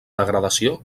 degradació